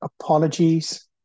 Apologies